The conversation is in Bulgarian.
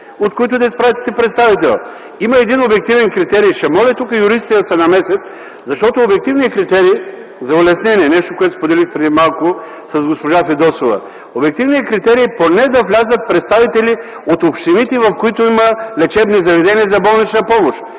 от които да изпратите представител? Има един обективен критерий – ще може ли тук да се намесят юристите, защото обективният критерий за улеснение – нещо, което споделих преди малко с госпожа Фидосова ... Обективният критерий е поне да влязат представители от общините, от които има лечебни заведения за болнична помощ.